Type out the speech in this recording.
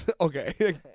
Okay